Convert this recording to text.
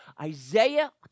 Isaiah